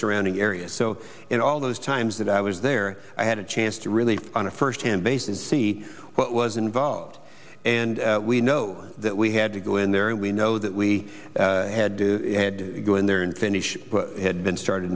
surrounding area so in all those times that i was there i had a chance to really on a first hand base and see what was involved and we know that we had to go in there and we know that we had to go in there and finish had been started